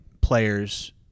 players